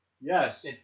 Yes